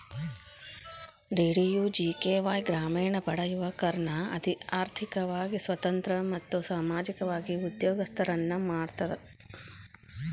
DDUGKY ಗ್ರಾಮೇಣ ಬಡ ಯುವಕರ್ನ ಆರ್ಥಿಕವಾಗಿ ಸ್ವತಂತ್ರ ಮತ್ತು ಸಾಮಾಜಿಕವಾಗಿ ಉದ್ಯೋಗಸ್ತರನ್ನ ಮಾಡ್ತದ